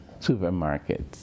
supermarkets